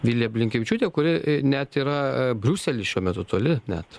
vilija blinkevičiūtė kuri net yra briusely šiuo metu toli net